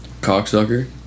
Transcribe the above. Cocksucker